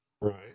Right